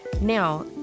Now